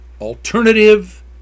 alternative